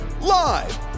live